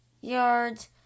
yards